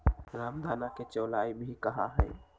रामदाना के चौलाई भी कहा हई